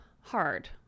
hard